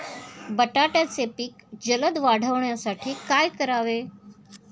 बटाट्याचे पीक जलद वाढवण्यासाठी काय करावे?